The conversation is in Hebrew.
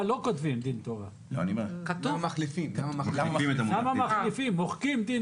כתוב --- 2ב2, סעיף קטן